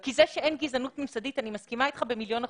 כי זה שאין גזענות ממסדית אני מסכימה איתך במיליון אחוז,